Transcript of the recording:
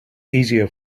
easier